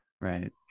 right